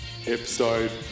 episode